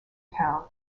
town